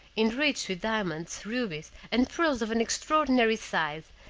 enriched with diamonds, rubies, and pearls of an extraordinary size,